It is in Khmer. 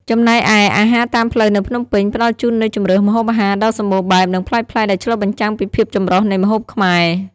ចំណែកឯ អាហារតាមផ្លូវនៅភ្នំពេញ ផ្តល់ជូននូវជម្រើសម្ហូបអាហារដ៏សម្បូរបែប និងប្លែកៗ ដែលឆ្លុះបញ្ចាំងពីភាពចម្រុះនៃម្ហូបខ្មែរ។